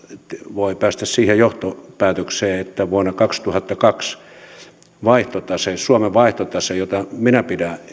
voi päästä siihen johtopäätökseen että vuonna kaksituhattakaksi suomen vaihtotase jota minä pidän